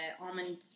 almond